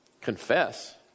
Confess